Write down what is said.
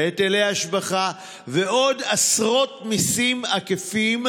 היטלי השבחה ועוד עשרות מיסים עקיפים,